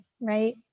right